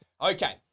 Okay